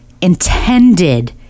intended